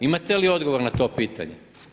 Imate li odgovor na to pitanje?